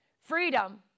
freedom